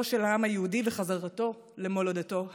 של העם היהודי וחזרתו למולדתו ההיסטורית.